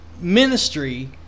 ministry